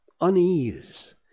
unease